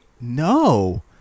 No